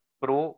pro